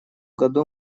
году